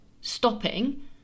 Stopping